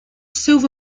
silver